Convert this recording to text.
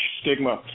stigma